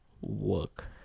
work